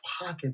pocket